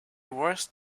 worst